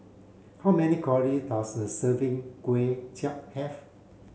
how many calories does a serving Kuay Chap have